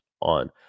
on